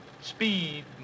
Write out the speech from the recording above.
speed